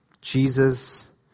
Jesus